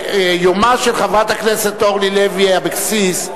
יומה של חברת הכנסת אורלי לוי אבקסיס,